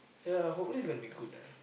ya hopefully it's gonna be good ah